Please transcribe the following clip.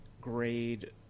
grade